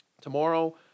Tomorrow